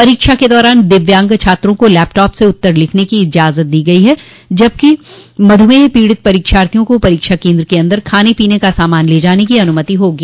परीक्षा के दौरान दिव्यांग छात्रों को लैपटॉप से उत्तर लिखने की इजाजत दी गई है जबकि मधुमेह पीड़ित परीक्षार्थियों को परीक्षा केन्द्र के अन्दर खाने पीने का सामान ले जाने की अनुमति होगी